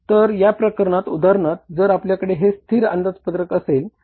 तर या प्रकरणात उदाहरणार्थ जर आपल्याकडे हे स्थिर अंदाजपत्रक असेल तर